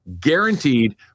guaranteed